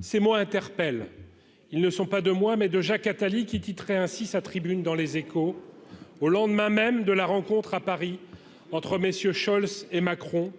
c'est moi interpelle, ils ne sont pas de moi mais de Jacques Attali, qui titrait ainsi sa tribune dans Les Échos au lendemain même de la rencontre à Paris entre messieurs Scholz et Macron